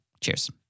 Cheers